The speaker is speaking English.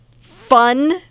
fun